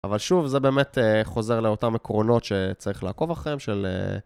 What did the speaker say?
אבל שוב, זה באמת חוזר לאותם עקרונות שצריך לעקוב אחריהם של...